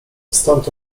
stąd